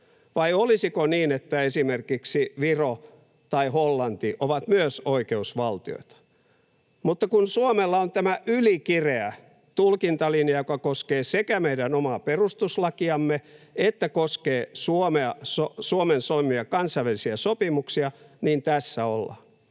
Vai olisiko niin, että myös esimerkiksi Viro tai Hollanti ovat oikeusvaltioita? Mutta kun Suomella on tämä ylikireä tulkintalinja, joka koskee sekä meidän omaa perustuslakiamme että Suomen solmimia kansainvälisiä sopimuksia, niin tässä ollaan.